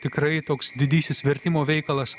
tikrai toks didysis vertimo veikalas